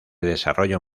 desarrollo